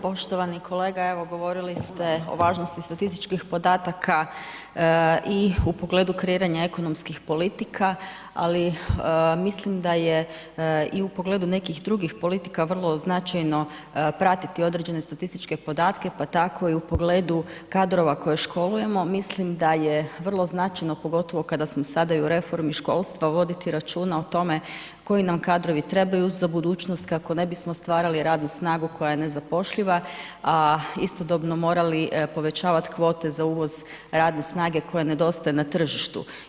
Poštovani kolega evo govorili ste o važnosti statističkih podataka i u pogledu kreiranja ekonomskih politika ali mislim da je i u pogledu nekih drugih politika vrlo značajno pratiti određene statističke podatke pa tako i u pogledu kadrova koje školujemo, mislim da je vrlo značajno pogotovo kada smo sada i u reformi školstva, voditi računa o tome koji nam kadrovi trebaju za budućnost kako ne bismo stvarali radnu snagu koja je nezapošljiva a istodobno morali povećavati kvote za uvoz radne snage koja nedostaje na tržištu.